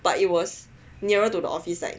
but it was nearer to the office side